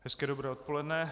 Hezké dobré odpoledne.